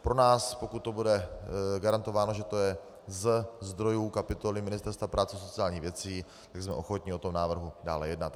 Pro nás pokud to bude garantováno, že to je ze zdrojů kapitoly Ministerstva práce a sociálních věcí, tak jsme ochotni o tomto návrhu dále jednat.